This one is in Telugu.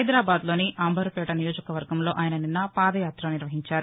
హైదరాబాద్లోని అంబర్పేట నియోజకవర్గంలో ఆయన నిన్న పాదయాత నిర్వహించారు